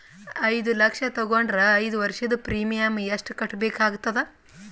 ಐದು ಲಕ್ಷ ತಗೊಂಡರ ಐದು ವರ್ಷದ ಪ್ರೀಮಿಯಂ ಎಷ್ಟು ಕಟ್ಟಬೇಕಾಗತದ?